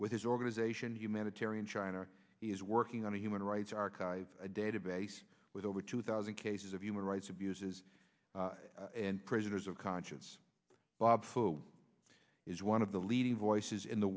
with his organization humanitarian china is working on a human rights archive database with over two thousand cases of human rights abuses and prisoners of conscience bob fu is one of the leading voices in the